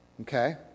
okay